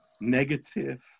Negative